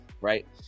right